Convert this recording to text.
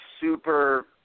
super